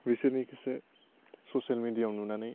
बिसोरनिखौसो ससियेल मेडियाव नुनानै